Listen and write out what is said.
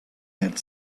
had